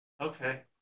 Okay